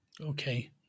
okay